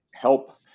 help